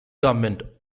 government